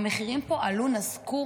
המחירים פה עלו, נסקו